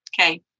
Okay